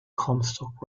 comstock